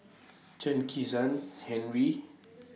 Chen Kezhan Henri